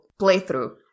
playthrough